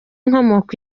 inkomoko